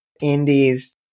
indies